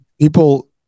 people